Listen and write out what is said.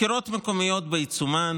הבחירות המקומיות בעיצומן.